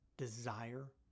Desire